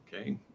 okay